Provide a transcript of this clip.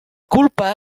culpa